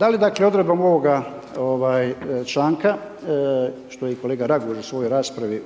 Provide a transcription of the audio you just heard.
dakle odredbama ovoga članka što je i kolega Raguž u svojoj raspravi